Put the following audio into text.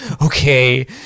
okay